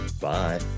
Bye